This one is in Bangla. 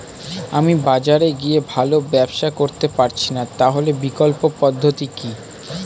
আমি বাজারে গিয়ে ভালো ব্যবসা করতে পারছি না তাহলে বিকল্প পদ্ধতি কি?